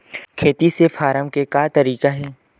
खेती से फारम के का तरीका हे?